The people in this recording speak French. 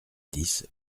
dix